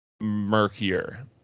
murkier